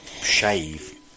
shave